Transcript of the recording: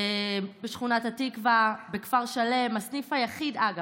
בשכונת התקווה, בכפר שלם, הסניף היחיד, אגב,